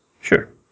Sure